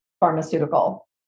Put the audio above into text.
pharmaceutical